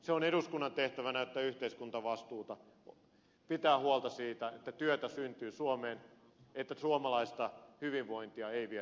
se on eduskunnan tehtävä näyttää yhteiskuntavastuuta pitää huolta siitä että työtä syntyy suomeen että suomalaista hyvinvointia ei viedä ulkomaille